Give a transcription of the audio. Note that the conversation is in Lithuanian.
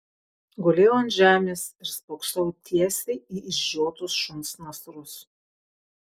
gulėjau ant žemės ir spoksojau tiesiai į išžiotus šuns nasrus